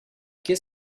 quais